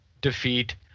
defeat